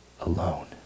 alone